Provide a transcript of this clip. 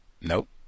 nope